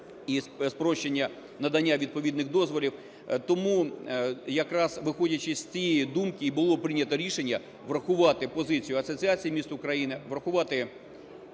і спрощення надання відповідних дозволів. Тому, якраз виходячи з цієї думки, і було прийнято рішення врахувати позицію Асоціації міст України, врахувати…